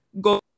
go